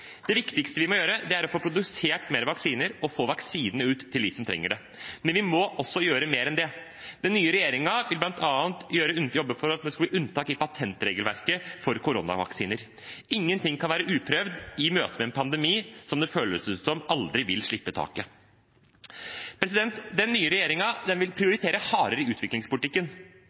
Det viktigste vi må gjøre, er å få produsert mer vaksiner og få vaksinene ut til dem som trenger det. Men vi må også gjøre mer enn det. Den nye regjeringen vil bl.a. jobbe for at det skal bli unntak i patentregelverket for koronavaksiner. Ingenting kan være uprøvd i møte med en pandemi som det føles som aldri vil slippe taket. Den nye regjeringen vil prioritere hardere i utviklingspolitikken.